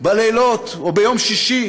בלילות או ביום שישי,